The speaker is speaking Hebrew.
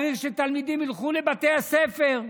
צריך שתלמידים ילכו לבתי הספר.